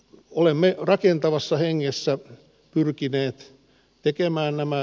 olemme rakentavassa hengessä pyrkineet tekemään nämä